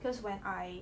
cause when I